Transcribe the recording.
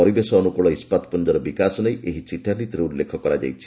ପରିବେଶ ଅନୁକୂଳ ଇସ୍କାତ ପୁଞ୍ଜର ବିକାଶ ନେଇ ଏହି ଚିଠା ନୀତିରେ ଉଲ୍ଲେଖ କରାଯାଇଛି